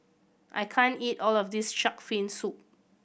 I can't eat all of this Shark's Fin Soup